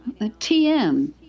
TM